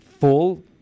full